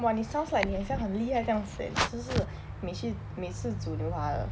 !wah! 你 sounds like 你很像很厉害这样子 eh 你是不是每次每次煮牛排的